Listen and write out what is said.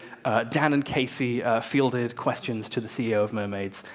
dan and casey fielded questions to the ceo of mermaids,